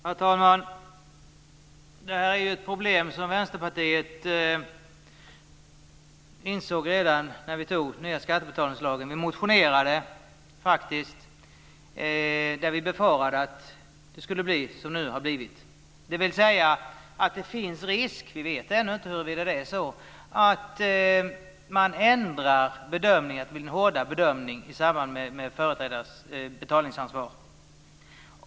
Herr talman! Det här är ett problem som Vänsterpartiet insåg redan när den nya skattebetalningslagen antogs. Vi väckte en motion där vi framförde att vi befarade att det skulle bli som det nu har blivit. Det finns en risk - men vi vet ännu inte om det är så - att man ändrar bedömningen till en hårdare bedömning i samband med en företrädares betalningsansvar.